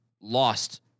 lost